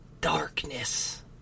darkness